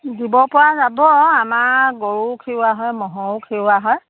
দিব পৰা যাব আমাৰ গৰু খিৰোৱা হয় মহ'ৰো খিৰোৱা হয়